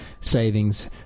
savings